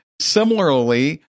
similarly